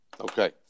Okay